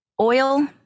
oil